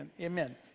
Amen